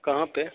कहाँ पर